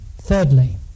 Thirdly